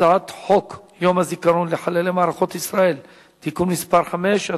הצעת חוק יום הזיכרון לחללי מערכות ישראל (תיקון מס' 5),